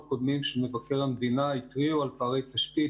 קודמים של מבקר המדינה התריעו על פערי תשתית,